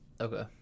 Okay